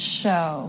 show